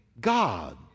god